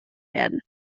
werden